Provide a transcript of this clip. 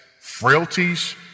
frailties